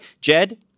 Jed